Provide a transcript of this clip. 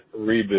reboot